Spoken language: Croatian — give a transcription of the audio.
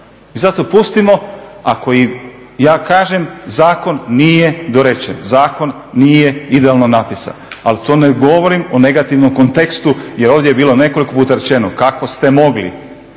i zato pustimo, ako i, ja kažem, zakon nije dorečen, zakon nije idealno napisan, ali to ne govorim u negativnom kontekstu jer ovdje je bilo nekoliko puta rečeno kako ste mogli,